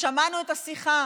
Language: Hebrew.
שמענו את השיחה